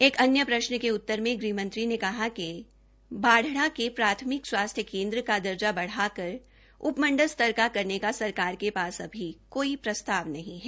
एक अन्य प्रश्न के उत्तर में गृह मंत्री ने कहा कि बा ड़ा के प्राथमिक स्वास्थ्य केन्द्र का दर्जा बढ़ाकर उपमंडल स्तर का करने का सरकार के पास अभी कोई प्रसताव नहीं है